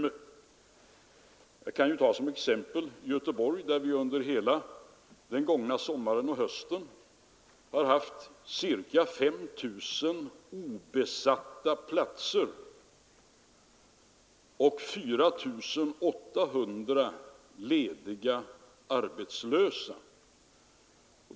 Jag kan ta som exempel Göteborg, där vi under hela den gångna sommaren och hösten har haft ca 5 000 obesatta platser och 4 800 lediga arbetslösa.